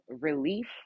relief